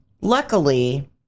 Luckily